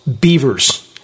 Beavers